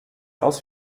aus